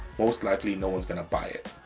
most likely no one's going to buy it.